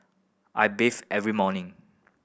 I bathe every morning